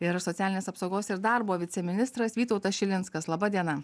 ir socialinės apsaugos ir darbo viceministras vytautas šilinskas laba diena